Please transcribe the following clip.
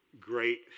great